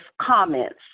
comments